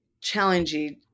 challenging